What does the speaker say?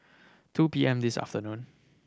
two P M this afternoon